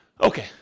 Okay